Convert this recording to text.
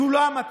זו לא המטרה.